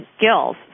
skills